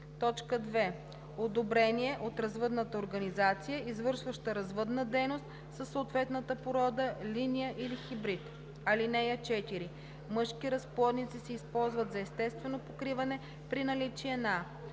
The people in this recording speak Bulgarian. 2. одобрение от развъдната организация, извършваща развъдна дейност със съответната порода, линия или хибрид. (4) Мъжки разплодници се използват за естествено покриване при наличие на: